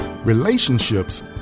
Relationships